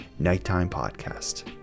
nighttimepodcast